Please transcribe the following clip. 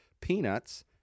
peanuts